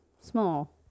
small